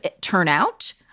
turnout